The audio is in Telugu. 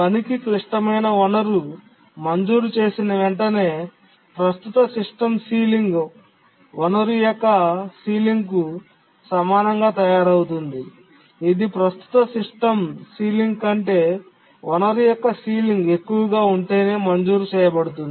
పనికి క్లిష్టమైన వనరు మంజూరు చేసిన వెంటనే ప్రస్తుత సిస్టమ్ సీలింగ్ వనరు యొక్క సీలింగ్ కు సమానంగా తయారవుతుంది ఇది ప్రస్తుత సిస్టమ్ సీలింగ్ కంటే వనరు యొక్క సీలింగ్ ఎక్కువగా ఉంటేనే మంజూరు చేయబడుతుంది